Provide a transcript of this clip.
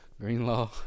Greenlaw